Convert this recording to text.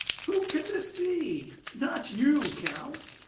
who can this be? not you, count?